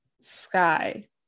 sky